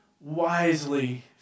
wisely